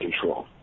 Control